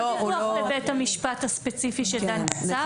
יש דיווח לבית המשפט הספציפי שדן בצו.